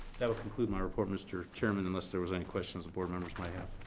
that would conclude my report, mr. chairman, unless there was any questions the board members might have.